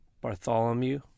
Bartholomew